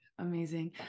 Amazing